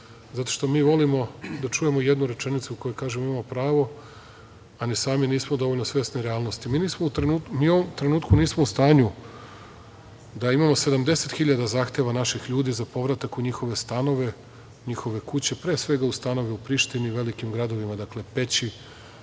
zato što mi volimo da čujemo jednu rečenicu, koja kaže, imamo pravo, a ni sami nismo dovoljno svesni realnosti. Mi u ovom trenutku nismo u stanju da imamo 70 hiljada zahteva za povratak naših ljudi, za povratak u njihove stanove, njihove kuće, a pre svega u stanove u Prištini, velikim gradovima, Peći,